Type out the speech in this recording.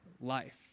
life